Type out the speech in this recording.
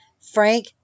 Frank